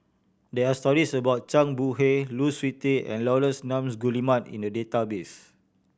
there are stories about Zhang Bohe Lu Suitin and Laurence Nunns Guillemard in the database